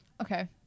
okay